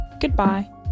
Goodbye